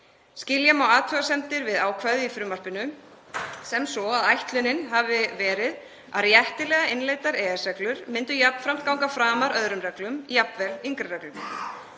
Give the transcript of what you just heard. Skilja má athugasemdir við ákvæðið í frumvarpinu sem svo að ætlunin hafi verið að réttilega innleiddar EES-reglur myndu jafnframt ganga framar öðrum reglum, jafnvel yngri reglum.